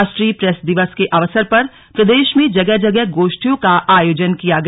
राष्ट्रीय प्रेस दिवस के अवसर पर प्रदेश में जगह जगह गोष्ठियों का आयोजन किया गया